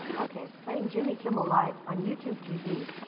okay, playing jimmy kimmel live on youtube tv.